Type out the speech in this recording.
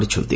କରିଛନ୍ତି